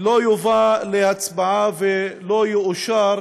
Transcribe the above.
לא יובא להצבעה ולא יאושר